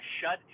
shut